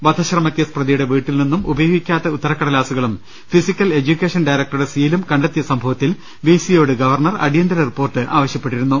വധശ്രമകേസ് പ്രതിയുടെ വീട്ടിൽ നിന്നും ഉപയോഗിക്കാത്ത ഉത്തരക്കടലാസുകളും ഫിസിക്കൽ എഡ്യൂക്കേഷൻ ഡയറക്ട റുടെ സീലും കണ്ടെത്തിയ സംഭവത്തിൽ വി സിയോട് ഗവർണർ അടിയന്തര റിപ്പോർട്ട് ആവശ്യപ്പെട്ടിരുന്നു